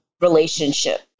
relationship